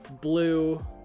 blue